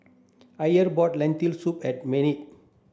Iver brought Lentil soup at Maynard